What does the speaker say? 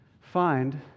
find